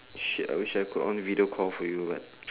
shit we should have put on the video call for you but